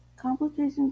Complications